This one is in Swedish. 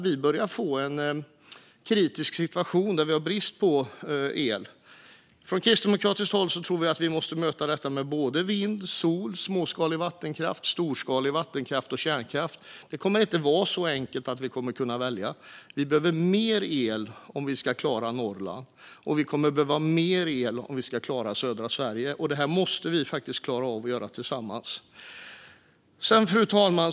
Vi börjar få en kritisk situation där vi har brist på el. Från kristdemokratiskt håll tror vi att vi måste möta detta med vind, sol, småskalig vattenkraft, storskalig vattenkraft och kärnkraft. Det kommer inte att vara så enkelt att vi kommer att kunna välja. Vi behöver mer el om vi ska klara Norrland. Vi behöver mer el om vi ska klara södra Sverige. Det måste vi klara av att göra tillsammans. Fru talman!